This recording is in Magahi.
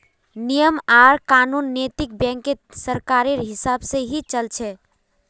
नियम आर कानून नैतिक बैंकत सरकारेर हिसाब से ही चल छ